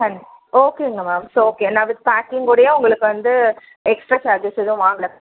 fine ஓகேங்க ma'am it's okay நான் with பேக்கிங்கோடயே உங்களுக்கு வந்து எக்ஸ்ட்ரா சார்ஜஸ் எதுவும் வாங்கலை